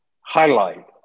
highlight